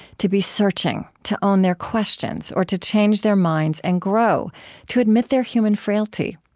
to be searching, to own their questions, or to change their minds and grow to admit their human frailty.